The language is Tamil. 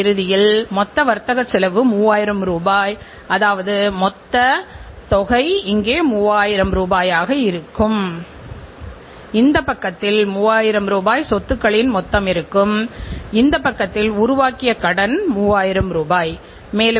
இதன் மூலம் செயல்திறன் கூடுவது மட்டுமல்லாமல் நிறுவனத்திற்கான நற்பெயரை உத்தரவாதத்தை உறுதி செய்ய முடியும்